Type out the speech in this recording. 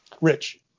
Rich